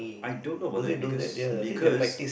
I don't know about that because because